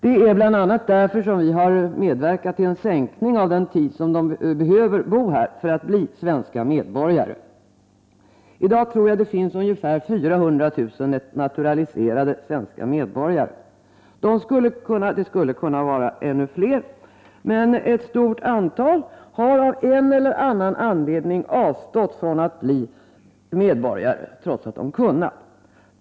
Det är bl.a. därför som vi har medverkat till en sänkning av den tid som man behöver bo här för att bli svensk medborgare. I dag finns det, tror jag, ungefär 400000 naturaliserade svenska medborgare. Det skulle kunna ha varit ännu fler, men ett stort antal har av en eller annan anledning avstått från att bli medborgare, trots att de kunnat.